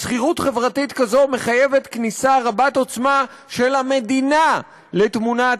שכירות חברתית כזאת מחייבת כניסה רבת עוצמה של המדינה לתמונת